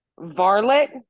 Varlet